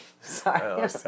Sorry